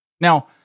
Now